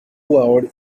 jugador